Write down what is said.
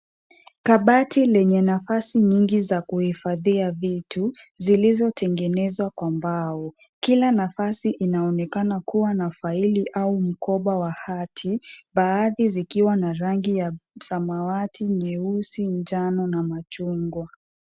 Kabati lenye nafasi nyingi za kuhifadhia vitu, zilizotengenezwa kwa mbao. Kila nafasi inaonekana kuwa na faili au mkoba wa hati, baadhi zikiwa na rangi ya samawati nyeusi njano na machungwa.